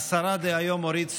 השרה דהיום אורית סטרוק,